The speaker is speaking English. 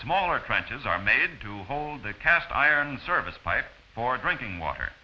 smaller trenches are made to hold the cast iron service pipe for drinking water